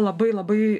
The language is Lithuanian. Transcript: labai labai